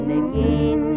again